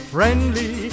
Friendly